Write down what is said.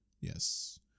Yes